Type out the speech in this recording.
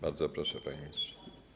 Bardzo proszę, panie ministrze.